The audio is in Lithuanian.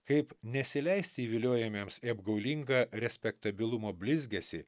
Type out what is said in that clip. kaip nesileisti įviliojamiems į apgaulingą respektabilumo blizgesį